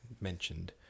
mentioned